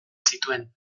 zituen